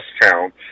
town